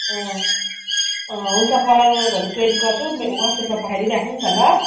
अँ अँ हुन्छ कलर यही भन्ने चोइस गर्छु व्हाट्सेपमा पठाइदिइराख्नु नि त ल